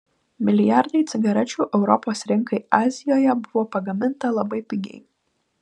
milijardai cigarečių europos rinkai azijoje buvo pagaminta labai pigiai